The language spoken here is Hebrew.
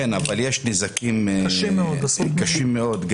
כן, אבל יש נזקים קשים מאוד -- קשים מאוד.